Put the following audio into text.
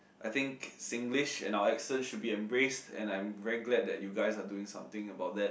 I think Singlish and our accent should be embraced and I'm very glad that you guys are doing something about that